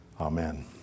Amen